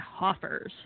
Hoffers